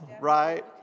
right